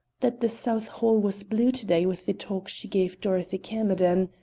that the south hall was blue to-day with the talk she gave dorothy camerden.